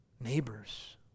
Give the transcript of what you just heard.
neighbors